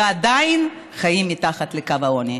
ועדיין חיים מתחת לקו העוני.